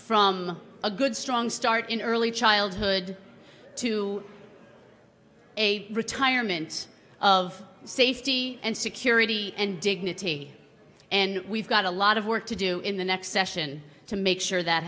from a good strong start in early childhood to a retirement of safety and security and dignity and we've got a lot of work to do in the next session to make sure that